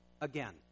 Again